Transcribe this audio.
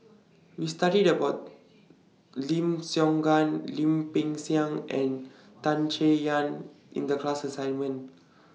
We studied about Lim Siong Guan Lim Peng Siang and Tan Chay Yan in The class assignment